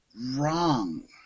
wrong